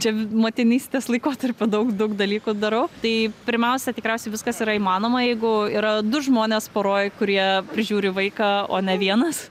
čia motinystės laikotarpiu daug daug dalykų darau tai pirmiausia tikriausia viskas yra įmanoma jeigu yra du žmonės poroj kurie prižiūri vaiką o ne vienas